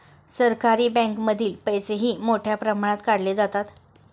सहकारी बँकांमधील पैसेही मोठ्या प्रमाणात काढले जातात